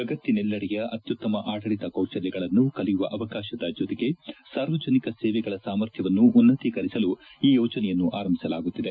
ಜಗತ್ತಿನೆಲ್ಲೆಡೆಯ ಅತ್ಯುತ್ತಮ ಆಡಳಿತ ಕೌಶಲ್ಯಗಳನ್ನು ಕಲಿಯುವ ಅವಕಾಶದ ಜತೆಗೆ ಸಾರ್ವಜನಿಕ ಸೇವೆಗಳ ಸಾಮರ್ಥ್ಯವನ್ನು ಉನ್ನತೀಕರಿಸಲು ಈ ಯೋಜನೆಯನ್ನು ಆರಂಭಿಸಲಾಗುತ್ತಿದೆ